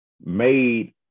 made